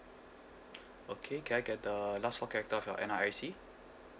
okay can I get the last four character of your N_R_I_C